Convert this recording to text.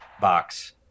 box